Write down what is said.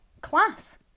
class